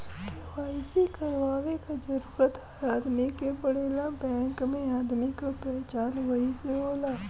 KYC करवाये क जरूरत हर आदमी के पड़ेला बैंक में आदमी क पहचान वही से होला